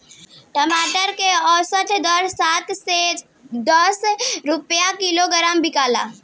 टमाटर के औसत दर सात से दस रुपया किलोग्राम बिकला?